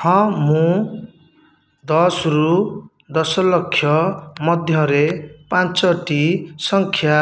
ହଁ ମୁଁ ଦଶରୁ ଦଶଲକ୍ଷ ମଧ୍ୟରେ ପାଞ୍ଚଟି ସଂଖ୍ୟା